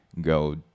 go